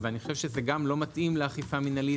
ואני חושב שזה לא מתאים לאכיפה מינהלית,